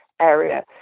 area